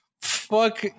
fuck